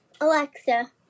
Alexa